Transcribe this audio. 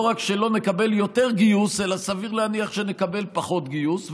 לא רק שלא נקבל יותר גיוס אלא סביר להניח שנקבל פחות גיוס.